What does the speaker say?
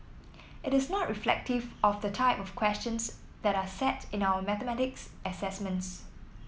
it is not reflective of the type of questions that are set in our mathematics assessments